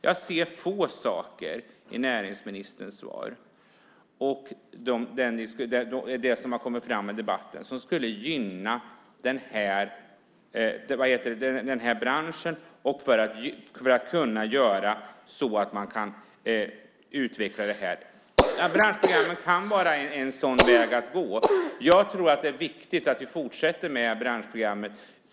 Jag ser få saker i näringsministerns svar och i det som har kommit fram i debatten som skulle gynna den här branschen och utveckla den. Branschprogrammet kan vara en sådan väg att gå. Jag tror att det är viktigt att vi fortsätter med branschprogrammet.